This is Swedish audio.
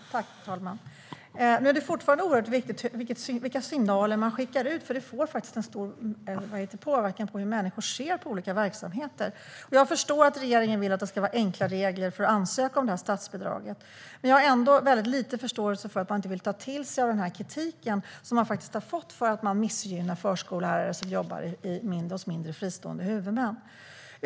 Herr talman! Det är fortfarande oerhört viktigt vilka signaler man skickar ut, för det får stor påverkan på hur människor ser på olika verksamheter. Jag förstår att regeringen vill att det ska vara enkla regler för att ansöka om statsbidraget. Men jag har ändå väldigt lite förståelse för att man inte vill ta till sig av den kritik som regeringen har fått för att man missgynnar förskollärare som jobbar hos mindre fristående huvudmän.